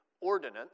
ordinance